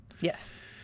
Yes